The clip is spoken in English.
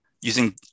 using